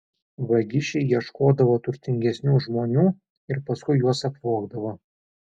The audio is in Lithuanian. vagišiai ieškodavo turtingesnių žmonių ir paskui juos apvogdavo